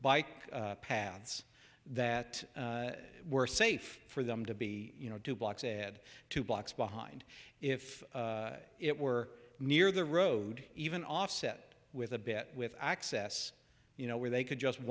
bike paths that were safe for them to be you know do blocks add two blocks behind if it were near the road even offset with a bet with access you know where they could just